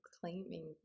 claiming